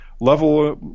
level